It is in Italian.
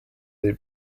dei